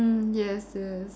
mm yes yes